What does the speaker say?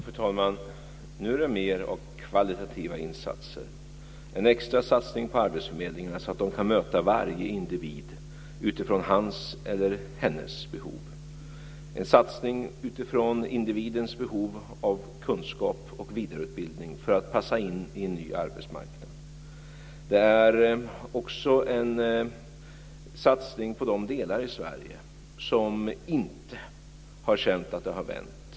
Fru talman! Nu handlar det mer om kvalitativa insatser. Det handlar om en extra satsning på arbetsförmedlingarna så att de kan möta varje individ utifrån hans eller hennes behov. Det handlar om en satsning utifrån individens behov av kunskap och vidareutbildning för att passa in i en ny arbetsmarknad. Det är också en satsning på de delar av Sverige som inte har känt att det har vänt.